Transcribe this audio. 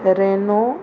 Renault